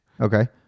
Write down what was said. Okay